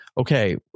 okay